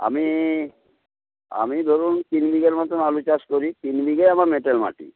আমি আমি ধরুন তিন বিঘের মতন আলু চাষ করি তিন বিঘে আমার এঁটেল মাটি